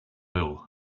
ill